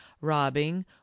robbing